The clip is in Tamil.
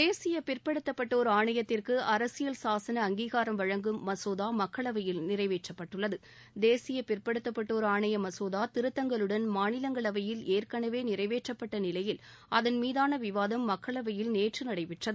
தேசிய பிற்படுத்தப்பட்டோர் ஆணையத்திற்கு அரசியல் சாசன அங்கீகாரம் வழங்கும் மசோதா மக்களவையில் நிறைவேற்றப்பட்டுள்ளது தேசிய பிற்படுத்தப்பட்டோர் ஆணைய மசோதா திருத்தங்களுடன் மாநிலங்களவையில் ஏற்கனவே நிறைவேற்றப்பட்ட நிலையில் அதன் மீதான விவாதம் மக்களவையில் நேற்று நடைபெற்றது